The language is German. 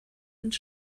ins